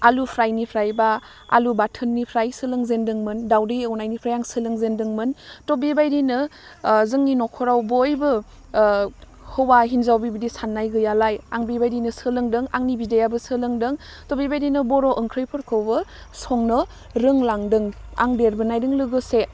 आलु फ्रायनिफ्राय बा आलु बाथोननिफ्राय सोलोंजेनदोंमोन दावदै एवनायनिफ्राय आं सोंलोंजेनदोंमोन थ' बेबायदिनो जोंनि नखराव बयबो हौवा हिन्जाव बेबायदि सान्नाय गैयालाय आं बेबायदिनो सोलोंदों आंनि बिदायाबो सोलोंदों थ' बेबायदिनो बर' ओंख्रिफोरखौबो संनो रोंलांदों आं देरबोनायजों लोगोसे